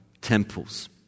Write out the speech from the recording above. temples